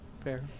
fair